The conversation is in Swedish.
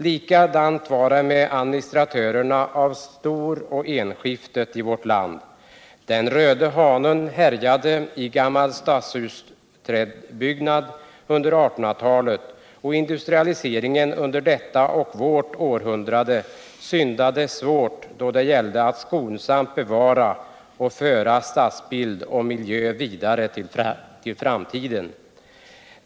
Likadant var det med administratörerna av stor och enskiftet i vårt land. Den röde hanen härjade i gammal trähusstadsbyggnad under 1800-talet. och industrialiseringen under detta och vårt århundrade syndade svårt då det gällde att skonsamt bevara och föra stadsbild och miljö vidare till framtiden.